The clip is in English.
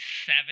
seven